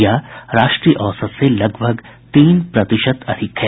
यह राष्ट्रीय औसत से लगभग तीन प्रतिशत अधिक है